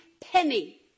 penny